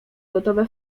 gotowe